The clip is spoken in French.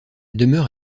demeure